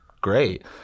great